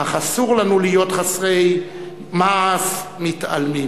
אך אסור לנו להיות חסרי מעש, מתעלמים.